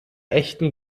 echten